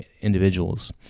individuals